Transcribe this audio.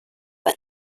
nhà